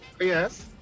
Yes